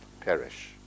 perish